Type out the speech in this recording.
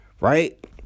Right